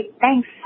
Thanks